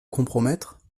compromettre